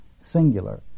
singular